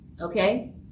okay